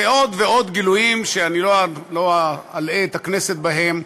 ועוד ועוד גילויים שאני לא אלאה את הכנסת בהם.